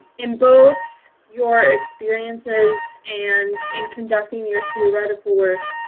in both your experiences and in conducting your theoretical work,